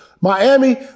Miami